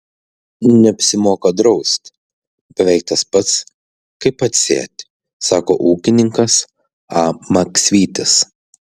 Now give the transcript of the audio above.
neapsimoka draust beveik tas pats kaip atsėt sako ūkininkas a maksvytis